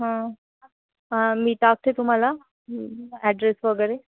हां हां मी टाकते तुम्हाला ॲड्रेस वगैरे